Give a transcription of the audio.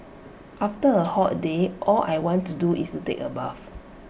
after A hot day all I want to do is take A bath